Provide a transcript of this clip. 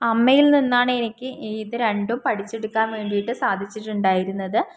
അമ്മയിൽ നിന്നാണ് എനിക്ക് ഇത് രണ്ടും പഠിച്ചെടുക്കാൻ വേണ്ടിയിട്ട് സാധിച്ചിട്ടുണ്ടായിരുന്നത്